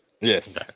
Yes